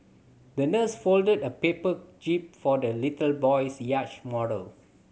the nurse folded a paper jib for the little boy's yacht model